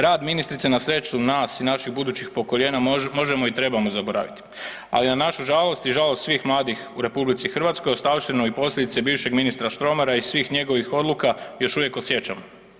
Rad ministrice na sreću nas i naših budućih pokoljenja možemo i trebamo zaboraviti, ali na našu žalost i žalost svih mladih u RH ostavštinu i posljedice bivšeg ministra Štromara i svih njegovih odluka još uvijek osjećamo.